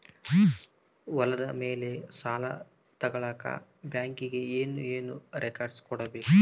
ಹೊಲದ ಮೇಲೆ ಸಾಲ ತಗಳಕ ಬ್ಯಾಂಕಿಗೆ ಏನು ಏನು ರೆಕಾರ್ಡ್ಸ್ ಕೊಡಬೇಕು?